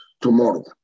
tomorrow